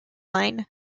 line